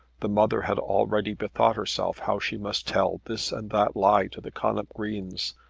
the mother had already bethought herself how she must tell this and that lie to the connop greens,